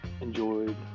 enjoyed